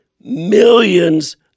millions